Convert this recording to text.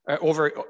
over